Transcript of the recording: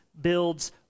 builds